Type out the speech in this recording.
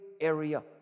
area